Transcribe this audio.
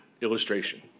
illustration